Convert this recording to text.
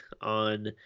on